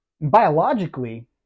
biologically